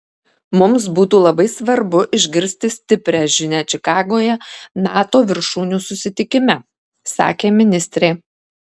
mums būtų labai svarbu išgirsti stiprią žinią čikagoje nato viršūnių susitikime sakė ministrė